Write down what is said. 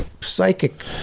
psychic